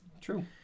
True